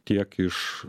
tiek iš